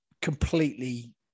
completely